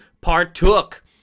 partook